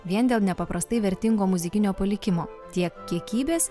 vien dėl nepaprastai vertingo muzikinio palikimo tiek kiekybės